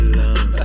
love